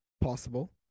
possible